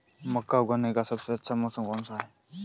मक्का उगाने का सबसे अच्छा मौसम कौनसा है?